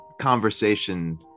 conversation